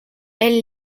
elle